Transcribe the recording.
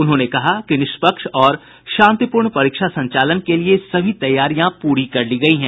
उन्होंने कहा कि निष्पक्ष और शांतिपूर्ण परीक्षा संचालन के लिये सभी तैयारियां पूरी कर ली गयी हैं